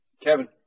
Kevin